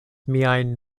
miajn